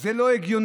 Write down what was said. זה לא הגיוני,